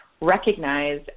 recognize